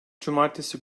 cumartesi